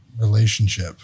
relationship